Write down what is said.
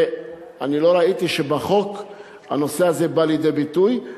ולא ראיתי שהנושא הזה בא לידי ביטוי בחוק.